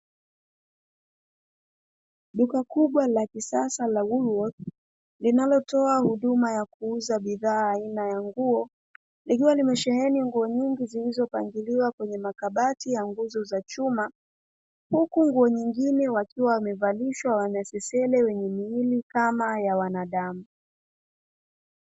Duka kubwa la kisasa la "Wool Worth" linalotoa huduma ya kuuza bidhaa aina ya nguo, likiwa limesheheni nguo nyingi zilizopangiliwa kwenye makabati ya nguzo za chuma, huku nguo nyingine wakiwa wamevalishwa wanasesere wenye miili kama ya wanadamu.